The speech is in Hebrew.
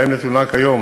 שלהם נתונה כיום